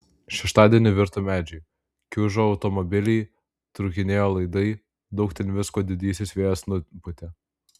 šeštadienį virto medžiai kiužo automobiliai trūkinėjo laidai daug ten visko didysis vėjas nupūtė